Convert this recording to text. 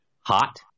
hot